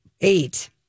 eight